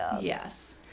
Yes